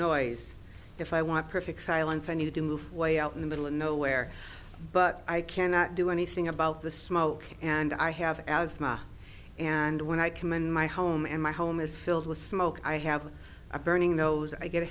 noise if i want perfect silence i need to move way out in the middle of nowhere but i cannot do anything about the smoke and i have asthma and when i come in my home and my home is filled with smoke i have a burning those i get a